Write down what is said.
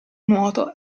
nuoto